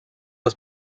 was